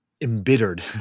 embittered